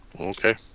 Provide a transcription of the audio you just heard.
Okay